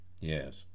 Yes